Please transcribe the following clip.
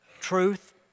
truth